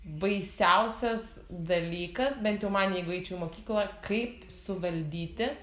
baisiausias dalykas bent jau man jeigu eičiau į mokyklą kaip suvaldyti